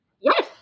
Yes